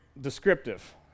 descriptive